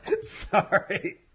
Sorry